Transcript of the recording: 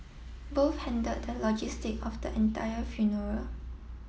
both handled the logistic of the entire funeral